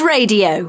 Radio